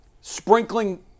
sprinkling